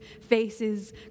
faces